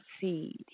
seed